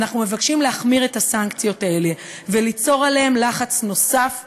אנחנו מבקשים להחמיר את הסנקציות וליצור לחץ נוסף עליהם,